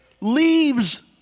leaves